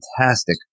fantastic